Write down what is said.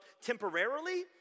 temporarily